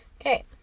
Okay